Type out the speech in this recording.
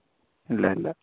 ഇല്ല ഇല്ല